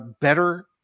better